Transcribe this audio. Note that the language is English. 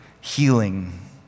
healing